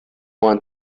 want